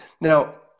Now